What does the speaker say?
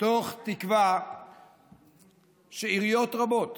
מתוך תקווה שעיריות רבות